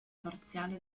parziale